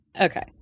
Okay